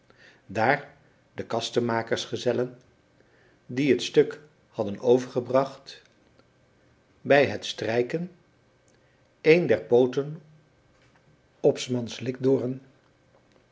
daar de kastemakersgezellen die het stuk hadden overgebracht bij het strijken een der pooten op s mans likdoren